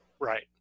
Right